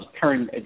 turn